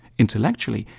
intellectually,